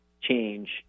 change